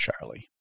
Charlie